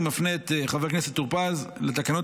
אני מפנה את חבר הכנסת טור פז לתקנות